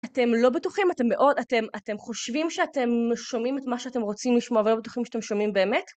אתם לא בטוחים? אתם חושבים שאתם שומעים את מה שאתם רוצים לשמוע ולא בטוחים שאתם שומעים באמת?